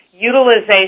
utilization